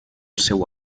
seu